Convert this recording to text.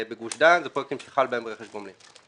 בגוש דן, אלה פרויקטים שחל בהם רכש גומלין.